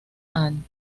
ann